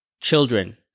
Children